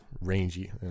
rangy